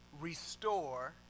restore